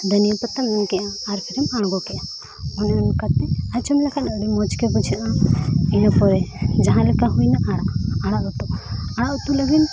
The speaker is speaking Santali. ᱫᱷᱚᱱᱤᱭᱟᱹ ᱯᱟᱛᱟᱢ ᱮᱢ ᱠᱮᱫᱼᱟ ᱟᱨ ᱯᱷᱤᱨᱮᱢ ᱟᱬᱜᱚ ᱠᱮᱫᱼᱟ ᱚᱱᱮ ᱚᱱᱠᱟᱛᱮ ᱟᱸᱡᱚᱢ ᱞᱮᱠᱷᱟᱱ ᱟᱹᱰᱤ ᱢᱚᱡᱽ ᱜᱮ ᱵᱩᱡᱷᱟᱹᱜᱼᱟ ᱤᱱᱟᱹ ᱯᱚᱨᱮ ᱡᱟᱦᱟᱸ ᱞᱮᱠᱟ ᱦᱩᱭᱮᱱᱟ ᱟᱲᱟᱜ ᱟᱲᱟᱜ ᱩᱛᱩ ᱟᱲᱟᱜ ᱩᱛᱩ ᱞᱟᱹᱜᱤᱫ